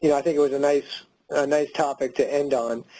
you know i think it was a nice nice topic to end on.